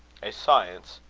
a science,